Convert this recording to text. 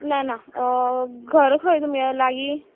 ना ना घर खंय तुमगे लागीं